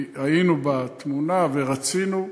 כי היינו בתמונה ורצינו,